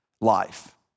life